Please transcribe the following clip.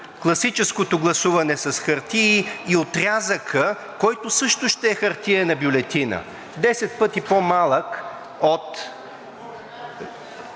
Класическото гласуване с хартии и отрязъка, който също ще е хартиена бюлетина, десет пъти по-малък от